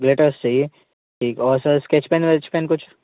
glitters चाहिए ठीक और सर इस्केच पेन वेच पेन कुछ